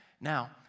Now